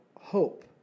hope